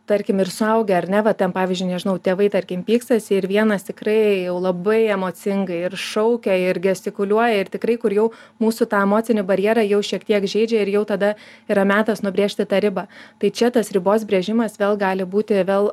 tarkim ir suaugę ar ne va ten pavyzdžiui nežinau tėvai tarkim pykstasi ir vienas tikrai jau labai emocingai ir šaukia ir gestikuliuoja ir tikrai kur jau mūsų tą emocinį barjerą jau šiek tiek žeidžia ir jau tada yra metas nubrėžti tą ribą tai čia tas ribos brėžimas vėl gali būti vėl